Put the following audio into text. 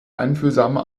einfühlsame